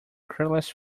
cruellest